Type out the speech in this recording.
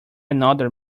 another